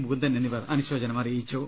മുകുന്ദൻ എന്നിവർ അനുശോചനം അറിയിച്ചു